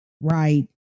right